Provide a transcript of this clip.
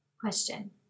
Question